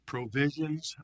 Provisions